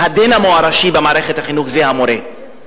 הדינמו הראשי במערכת החינוך, זה המורה.